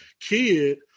kid